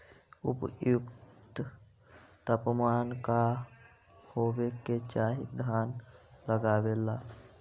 उपयुक्त तापमान का होबे के चाही धान लगावे ला?